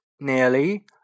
nearly